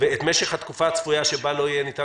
את משך התקופה הצפויה שבה לא יהיה ניתן